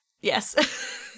yes